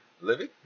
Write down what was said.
Living